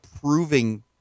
proving